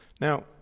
Now